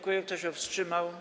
Kto się wstrzymał?